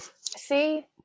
See